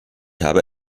habe